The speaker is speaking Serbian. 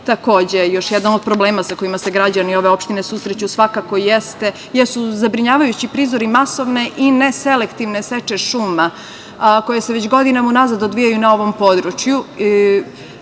građane? Takođe, još jedan od problema sa kojima se građani ove opštine susreću svakako jesu zabrinjavajući prizori masovne i ne selektivne seče šuma, koje se već godinama unazad odvijaju na ovom području.